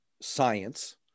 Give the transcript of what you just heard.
science